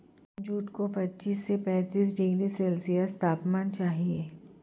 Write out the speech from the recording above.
jute को पच्चीस से पैंतीस डिग्री सेल्सियस तापमान चाहिए